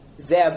zeb